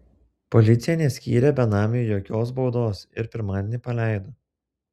policija neskyrė benamiui jokios baudos ir pirmadienį paleido